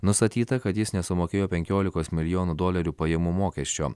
nustatyta kad jis nesumokėjo penkiolikos milijonų dolerių pajamų mokesčio